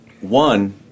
one